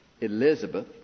Elizabeth